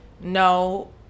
no